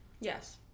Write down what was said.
yes